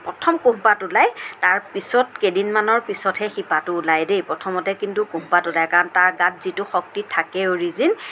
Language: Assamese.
প্ৰথম কুহপাঁত ওলায় তাৰপিছত কেইদিনমানৰ পিছতহে শিপাটো ওলায় দেই প্ৰথমতে কিন্তু কুহপাঁত ওলায় কাৰণ তাৰ গাত যিটো শক্তি থাকে অৰিজিন